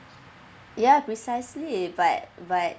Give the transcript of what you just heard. ya precisely but but